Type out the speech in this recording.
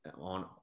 on